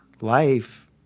Life